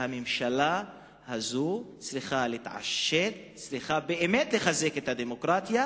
שהממשלה הזאת צריכה להתעשת ובאמת לחזק את הדמוקרטיה.